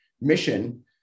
mission